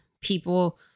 people